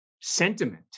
sentiment